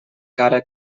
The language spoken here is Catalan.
cara